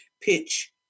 pitch